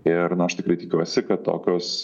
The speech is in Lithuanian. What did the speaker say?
ir na aš tikrai tikiuosi kad tokios